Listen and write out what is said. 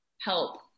help